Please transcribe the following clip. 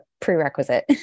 prerequisite